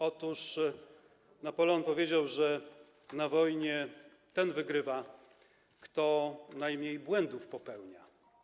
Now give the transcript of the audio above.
Otóż Napoleon powiedział, że na wojnie ten wygrywa, kto najmniej błędów popełnia.